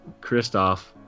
Kristoff